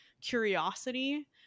curiosity